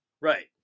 Right